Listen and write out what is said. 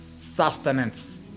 Sustenance